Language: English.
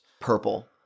purple